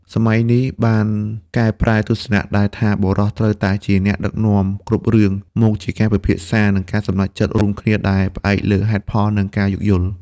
សម័យថ្មីនេះបានកែប្រែទស្សនៈដែលថាបុរសត្រូវតែជាអ្នកដឹកនាំគ្រប់រឿង មកជាការពិភាក្សា និងការសម្រេចចិត្តរួមគ្នាដែលផ្អែកលើហេតុផល និងការយោគយល់។